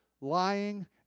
lying